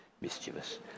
mischievous